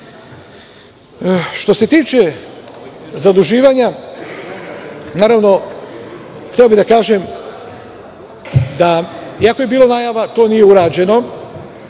se tiče zaduživanja, hteo bih da kažem, iako je bilo najava, to nije urađeno